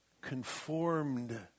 conformed